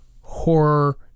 horror